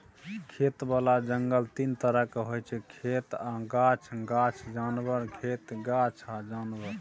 खेतबला जंगल तीन तरहक होइ छै खेत आ गाछ, गाछ आ जानबर, खेत गाछ आ जानबर